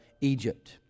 Egypt